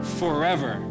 forever